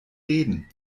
reden